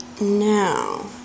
Now